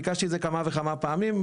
ביקשתי את זה כמה וכמה פעמים,